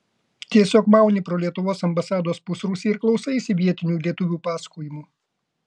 tiesiog mauni pro lietuvos ambasados pusrūsį ir klausaisi vietinių lietuvių pasakojimų